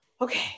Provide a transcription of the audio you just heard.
okay